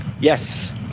Yes